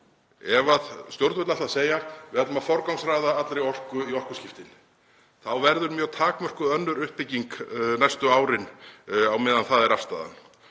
Ef stjórnvöld ætla að segja að þau ætli að forgangsraða allri orku í orkuskiptin þá verður mjög takmörkuð önnur uppbygging næstu árin á meðan það er afstaðan.